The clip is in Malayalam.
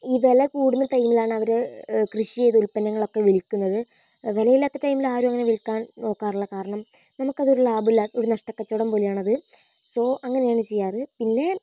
ഈ വില കൂടുന്ന ടൈമിലാണ് അവര് കൃഷി ചെയ്ത് ഉത്പന്നങ്ങളൊക്കെ വിൽക്കുന്നത് വിലയില്ലാത്ത ടൈമില് ആരും അങ്ങനെ വിൽക്കാൻ നോക്കാറില്ലാ കാരണം നമുക്കതൊരു ലാഭവുമില്ല ഒരു നഷ്ടക്കച്ചവടം പോലെയാണത് സോ അങ്ങനെയാണ് ചെയ്യാറ് പിന്നേ